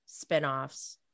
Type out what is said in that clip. spinoffs